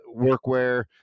Workwear